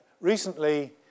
recently